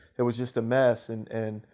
it was just a mess. and,